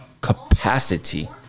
capacity